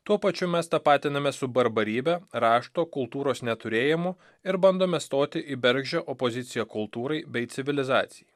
tuo pačiu mes tapatiname su barbarybe rašto kultūros neturėjimu ir bandome stoti į bergždžią opoziciją kultūrai bei civilizacijai